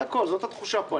זה הכול, זה התחושה פה.